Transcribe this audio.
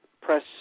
press